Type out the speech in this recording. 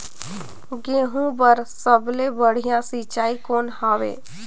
गहूं बर सबले बढ़िया सिंचाई कौन हवय?